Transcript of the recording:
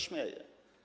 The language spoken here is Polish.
śmieje.